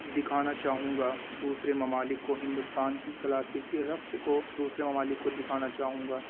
دکھانا چاہوں گا دوسرے ممالک کو ہندوستان کی کلاسیکی رقص کو دوسرے ممالک کو دکھانا چاہوں گا